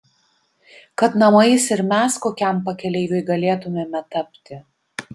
kad namais ir mes kokiam pakeleiviui galėtumėme tapti